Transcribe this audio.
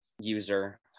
user